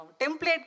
template